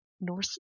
Norse